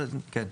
כן.